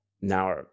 now